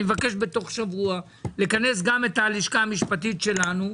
אני מבקש תוך שבוע לכנס גם את הלשכה המשפטית שלנו.